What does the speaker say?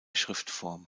schriftform